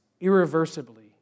irreversibly